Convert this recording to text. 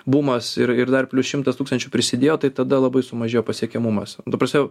bumas ir ir dar plius šimtas tūkstančių prisidėjo tai tada labai sumažėjo pasiekiamumas ta prasme